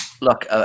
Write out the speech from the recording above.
look